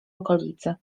okolicy